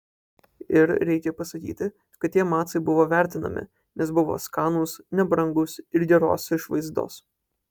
ir reikia pasakyti kad tie macai buvo vertinami nes buvo skanūs nebrangūs ir geros išvaizdos